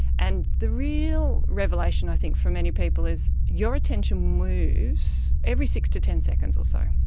and the real revelation i think for many people is your attention moves every six to ten seconds or so.